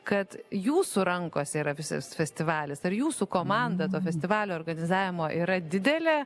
kad jūsų rankose yra visas festivalis ar jūsų komanda to festivalio organizavimo yra didelė